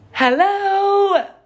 Hello